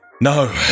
No